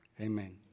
Amen